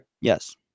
Yes